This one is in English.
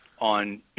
on